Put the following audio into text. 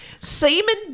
Seaman